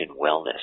wellness